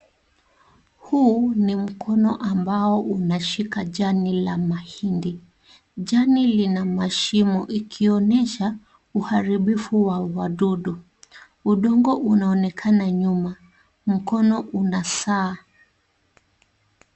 Huu ni mkono ambao unashika jani la mahindi, jani lina mashimo ikionyesha uharibifu wa madudu. Udongi unaonekana nyuma, mkono una saa.